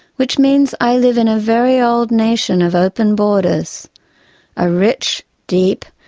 which means i live in a very old nation of open borders a rich, deep,